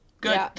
good